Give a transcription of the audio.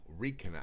reconnect